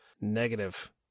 negative